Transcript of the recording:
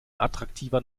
attraktiver